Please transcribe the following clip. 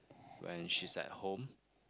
when she's at home